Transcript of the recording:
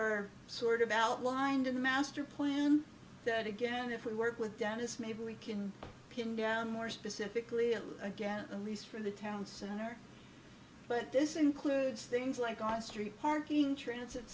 are sort of outlined in the master plan that again if we work with dennis maybe we can pin down more specifically a look again at the lease for the town center but this includes things like on street parking transit